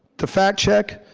to fact check,